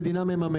המדינה מממנת.